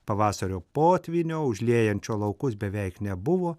pavasario potvynio užliejančio laukus beveik nebuvo